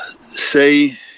say